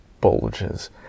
bulges